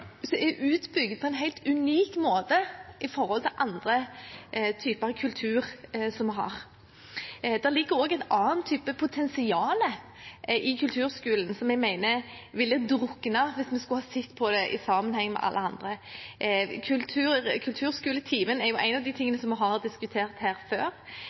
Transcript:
så mye ut fra resten av kulturtilbudet, ikke bare fordi den ligger under kunnskapsministerens konstitusjonelle ansvar, men også fordi det er et lavterskeltilbud som er utbygd på en helt unik måte i forhold til andre typer kultur som vi har. Det ligger også en annen type potensial i kulturskolen som jeg mener ville drukne hvis en skulle sett på det i sammenheng